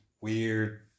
weird